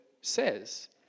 says